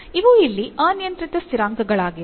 ಅವು ಇಲ್ಲಿ ಅನಿಯಂತ್ರಿತ ಸ್ಥಿರಾಂಕಗಳಾಗಿವೆ